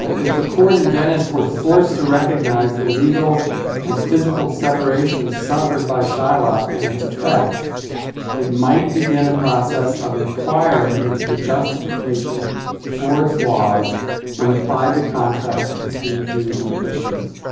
if the court in venice were forced to recognize the legal and physical separations suffered by shylock and its effects it might begin a process of enquiry into the justification for its laws when applied the contracts between jews and christians.